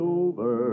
over